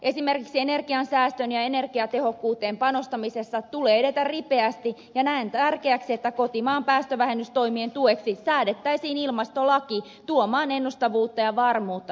esimerkiksi energiansäästöön ja energiatehokkuuteen panostamisessa tulee edetä ripeästi ja näen tärkeäksi että kotimaan päästövähennystoimien tueksi säädettäisiin ilmastolaki tuomaan toimiin ennustettavuutta ja varmuutta